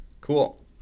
Cool